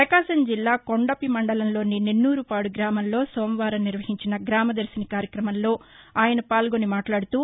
పకాశం జిల్లా కొండపి మండలంలోని నెన్నూరుపాడు గ్రామంలో సోమవారం నిర్వహించిన గ్రామదర్శిని కార్యక్రమంలో ఆయనపాల్గొని మాట్లాడుతూ